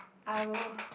I will